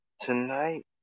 tonight